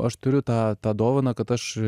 aš turiu tą tą dovaną kad aš